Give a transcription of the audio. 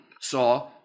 saw